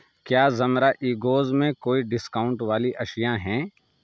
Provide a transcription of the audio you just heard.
کیا زمرہ ایگوز میں کوئی ڈسکاؤنٹ والی اشیاء ہیں